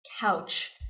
couch